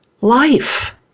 Life